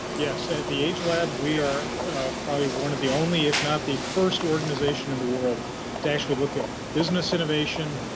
yes. at the agelab we are probably one of the only, if not the first organisation in the world to actually look at business innovation,